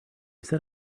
set